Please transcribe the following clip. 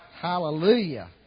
Hallelujah